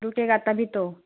رکے گا تبھی تو